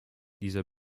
dieser